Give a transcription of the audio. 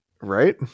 Right